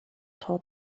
told